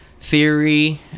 theory